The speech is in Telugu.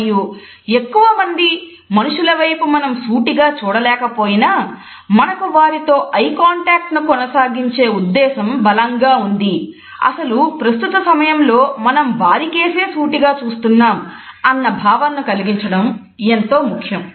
మరియు ఎక్కువమంది మనుషుల వైపు మనం సూటిగా చూడలేకపోయినా మనకు వారితో ఐకాంటాక్ట్ ను కొనసాగించే ఉద్దేశం బలంగా ఉంది అసలు ప్రస్తుత సమయంలో మనం వారికేసి సూటిగా చూస్తున్నాం అన్న భావనను కలిగించడం ఎంతో ముఖ్యం